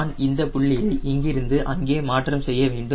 நான் இந்த புள்ளியை இங்கிருந்து அங்கே மாற்றம் செய்ய வேண்டும்